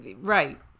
right